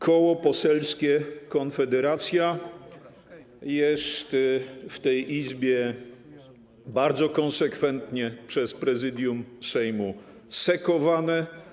Koło Poselskie Konfederacja jest w tej Izbie bardzo konsekwentnie przez Prezydium Sejmu sekowane.